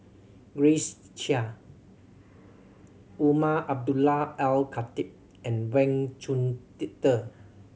Grace Chia Umar Abdullah Al Khatib and Wang